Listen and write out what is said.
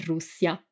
Russia